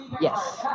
Yes